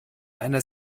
einer